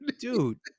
dude